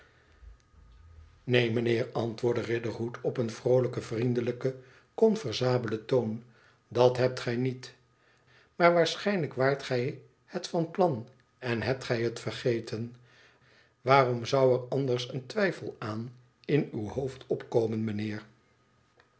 neen meneer antwoordde riderhood op een vr ooiijken vriendelijken conversabelcn toon t dat hebt gij niet maar waarschijnlijk waart gij het van plan en hebt het vergeten waarom zou er anders een twijfel aan in uw hoofd opkomen meneer